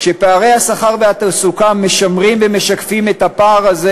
כשפערי השכר והתעסוקה משמרים ומשקפים את הפער הזה,